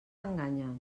enganyen